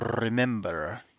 remember